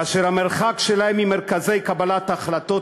כאשר המרחק שלהם ממרכזי קבלת ההחלטות,